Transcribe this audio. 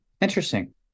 Interesting